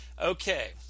Okay